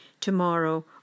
tomorrow